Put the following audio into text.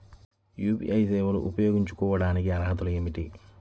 UPI సేవలు ఉపయోగించుకోటానికి అర్హతలు ఏమిటీ?